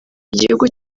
igihugu